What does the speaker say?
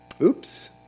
Oops